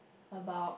about